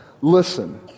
listen